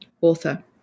author